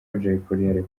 yarekuwe